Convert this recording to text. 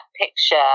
picture